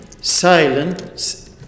silence